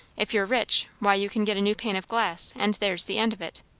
if you're rich, why you can get a new pane of glass, and there's the end of it.